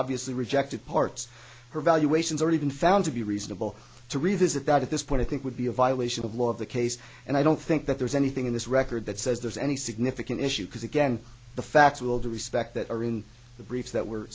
obviously rejected parts her evaluations already been found to be reasonable to revisit that at this point i think would be a violation of law of the case and i don't think that there's anything in this record that says there's any significant issue because again the facts will do respect that or in the briefs that were